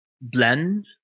blend